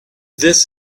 this